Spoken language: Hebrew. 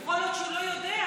יכול להיות שהוא לא יודע,